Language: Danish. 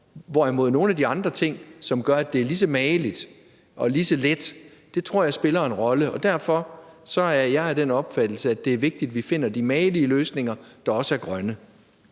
end nogle af de andre ting, som gør, at det er lige så mageligt og lige så let. Det tror jeg spiller en rolle, og derfor er jeg af den opfattelse, at det er vigtigt, vi finder de magelige løsninger, der også er grønne.